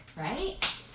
right